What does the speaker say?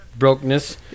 brokenness